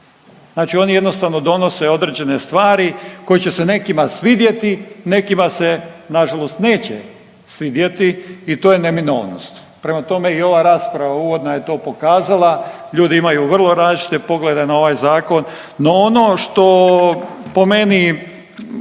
Znači oni jednostavno donose određene stvari koje će se nekima svidjeti, nekima se nažalost neće svidjeti i to je neminovnost. Prema tome i ova rasprava uvodna je to pokazala, ljudi imaju vrlo različite poglede na ovaj zakon. No ono što po meni